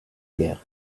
guerre